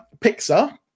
pixar